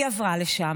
היא עברה לשם,